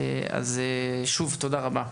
אז שוב תודה רבה,